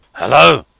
hallo!